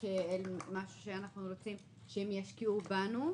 כמי שאנחנו רוצים שהם ישקיעו בנו,